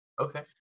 Okay